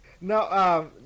No